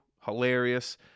hilarious